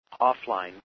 offline